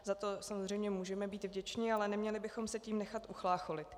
Za to samozřejmě můžeme být vděčni, ale neměli bychom se tím nechat uchlácholit.